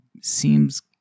seems